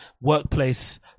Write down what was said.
workplace